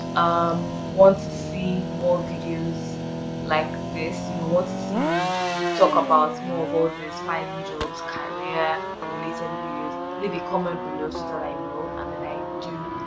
um want to see more videos like this you know want to see me talk about more of all this finding jobs, career related videos leave a comment below so that i know and then i do,